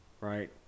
right